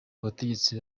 abategetsi